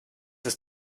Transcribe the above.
ist